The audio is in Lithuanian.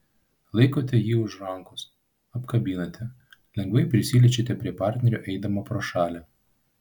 laikote jį už rankos apkabinate lengvai prisiliečiate prie partnerio eidama pro šalį